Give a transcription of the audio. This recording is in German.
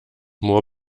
moor